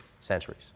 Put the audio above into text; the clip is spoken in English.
centuries